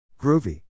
Groovy